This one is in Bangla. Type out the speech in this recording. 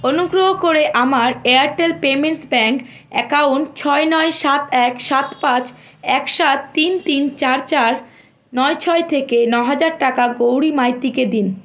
অনুগ্রহ করে আমার এয়ারটেল পেমেন্টস ব্যাঙ্ক অ্যাকাউন্ট ছয় নয় সাত এক সাত পাঁচ এক সাত তিন তিন চার চার নয় ছয় থেকে ন হাজার টাকা গৌরী মাইতিকে দিন